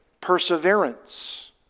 perseverance